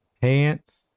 pants